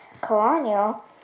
colonial